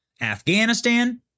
Afghanistan